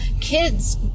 Kids